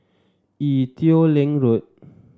Ee Teow Leng Road